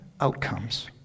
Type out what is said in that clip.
outcomes